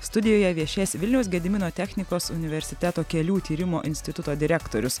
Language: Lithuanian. studijoje viešės vilniaus gedimino technikos universiteto kelių tyrimo instituto direktorius